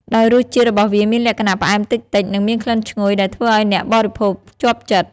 ដោយរសជាតិរបស់វាមានលក្ខណៈផ្អែមតិចៗ និងមានក្លិនឈ្ងុយដែលធ្វើឲ្យអ្នកបរិភោគជាប់ចិត្ត។